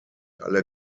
alle